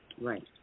Right